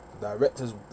director's